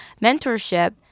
mentorship